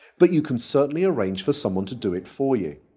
but you can certainly arrange for someone to do it for you.